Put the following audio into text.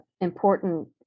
important